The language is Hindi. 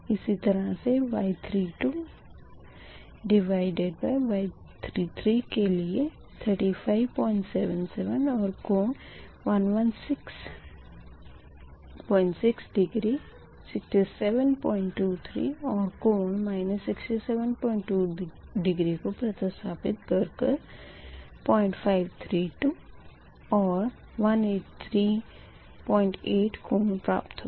इसी तरह से Y32Y33 के लिए 3577 और कोण 1166 डिग्री तथा 6723 और कोण 672 डिग्री को प्रतिस्थपित कर कर 0532 और 1838 कोण प्राप्त होगा